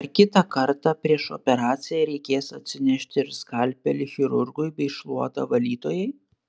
ar kitą kartą prieš operaciją reikės atsinešti ir skalpelį chirurgui bei šluotą valytojai